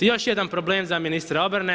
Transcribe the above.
I još jedan problem za ministra obrane.